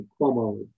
Cuomo